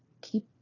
Keep